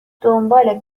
دنبال